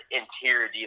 interior